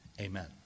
Amen